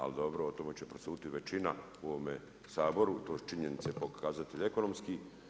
Ali dobro o tome će prosuditi većina u ovome Saboru, to su činjenice pokazatelj ekonomski.